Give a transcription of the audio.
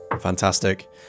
Fantastic